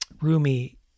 Rumi